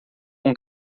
com